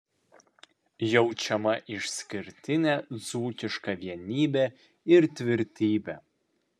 jaučiama išskirtinė dzūkiška vienybė ir tvirtybė